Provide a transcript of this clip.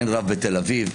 אין רב בתל אביב.